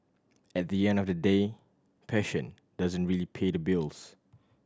at the end of the day passion doesn't really pay the bills